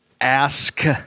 Ask